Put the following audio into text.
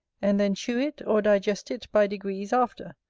and then chew it, or digest it by degrees after,